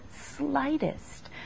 slightest